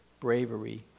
bravery